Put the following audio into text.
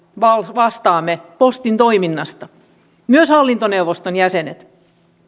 vastaamme postin toiminnasta myös hallintoneuvoston jäsenet